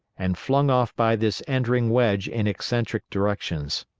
and flung off by this entering wedge in eccentric directions.